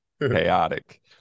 Chaotic